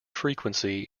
frequency